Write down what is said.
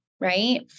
Right